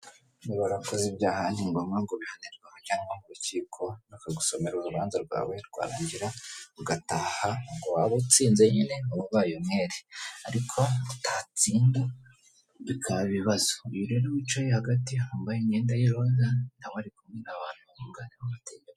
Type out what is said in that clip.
Warakoze ibyaha ni ngombwa kubihanirwa cyangwa mu rukiko bakagusomera urubanza rwawe rwarangira ugataha, waba utsinze nyine wabaye umwere, ariko utatsinda bikaba ibibazo, uyu rero wicaye hagati wambaye imyenda y'iroza na we ari kumwe n'abantu.